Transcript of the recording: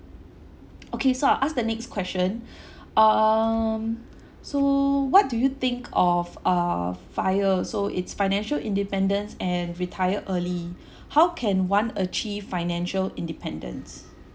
okay so I'll ask the next question um so what do you think of uh fi~ err so its financial independence and retired early how can one achieve financial independence